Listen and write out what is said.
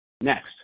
Next